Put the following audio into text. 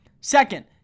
Second